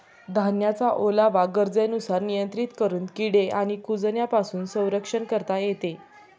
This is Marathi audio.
धान्याचा ओलावा गरजेनुसार नियंत्रित करून किडे आणि कुजण्यापासून संरक्षण करता येते